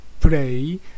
play